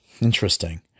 Interesting